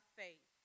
faith